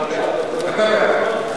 אתה בעד.